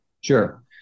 Sure